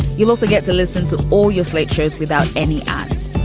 you'll also get to listen to all your slate shows without any ads.